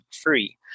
Free